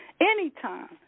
Anytime